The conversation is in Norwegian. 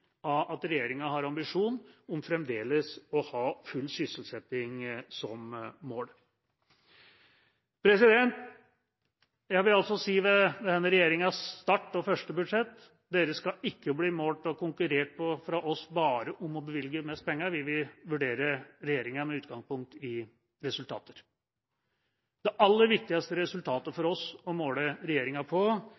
av at regjeringa har ambisjon om fremdeles å ha full sysselsetting som mål. Jeg vil si ved denne regjeringas start og første budsjett: De skal ikke bli målt og konkurrert med fra oss om bare å bevilge mest penger, vi vil vurdere regjeringa med utgangspunkt i resultater. Det aller viktigste resultatet for